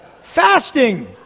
Fasting